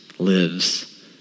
lives